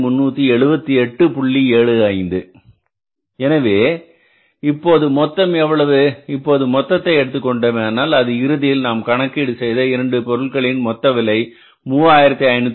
75 எனவே இப்போது மொத்தம் எவ்வளவு இப்போது மொத்தத்தை எடுத்துக் கொண்டோமேயானால் அது இறுதியில் நாம் கணக்கீடு செய்த 2 பொருட்களின் மொத்த விலை 3518